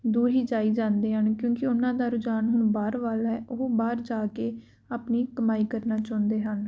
ਦੂਰ ਹੀ ਜਾਈ ਜਾਂਦੇ ਹਨ ਕਿਉਂਕਿ ਉਹਨਾਂ ਦਾ ਰੁਝਾਨ ਹੁਣ ਬਾਹਰ ਵੱਲ ਹੈ ਉਹ ਬਾਹਰ ਜਾ ਕੇ ਆਪਣੀ ਕਮਾਈ ਕਰਨਾ ਚਾਹੁੰਦੇ ਹਨ